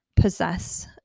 possess